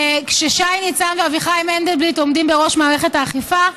כששי ניצן ואביחי מנדלבליט עומדים בראש מערכת האכיפה,